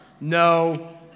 No